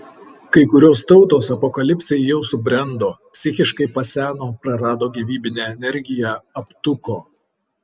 kai kurios tautos apokalipsei jau subrendo psichiškai paseno prarado gyvybinę energiją aptuko